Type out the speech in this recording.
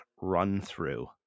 run-through